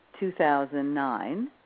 2009